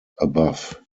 above